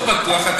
לא בטוח.